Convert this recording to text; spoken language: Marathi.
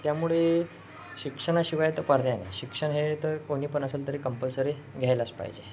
त्यामुळे शिक्षणाशिवाय तर पर्याय नाही शिक्षण हे तर कोणी पण असेल तरी कंपल्सरी घ्यायलाच पाहिजे